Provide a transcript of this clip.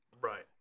right